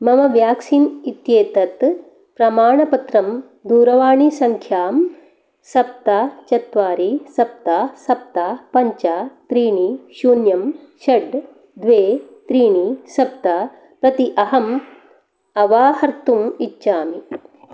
मम व्याक्सीन् इत्येतत् प्रमाणपत्रं दूरवाणीसङ्ख्यां सप्त चत्वारि सप्त सप्त पञ्च त्रीणि शून्यं षट् द्वे त्रीणि सप्त प्रति अहम् अवाहर्तुम् इच्छामि